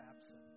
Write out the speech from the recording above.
absent